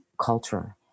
culture